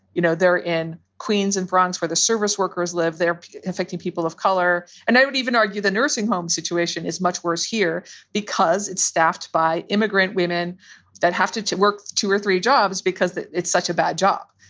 you know, they're in queens, in france for the service workers live there infecting people of color. and i would even argue the nursing home situation is much worse here because it's staffed by immigrant women that have to to work two or three jobs because it's such a bad job.